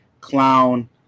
clown